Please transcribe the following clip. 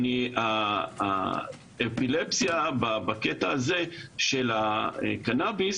אם הצלחת למצוא קנביס